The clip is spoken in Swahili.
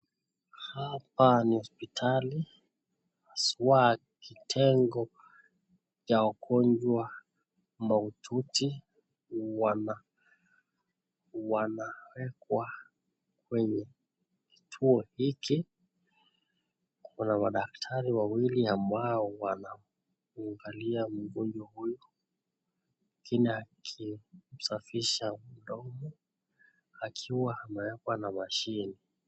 Hapa ni hospitali haswa kitengo ya wagonjwa mahututi wana wanawekwa kwenye kituo hiki kuna madaktari wawili ambao wanamuangalia mgonjwa huyu mwengine akisafisha mdomo akiwa amewekwa na machine .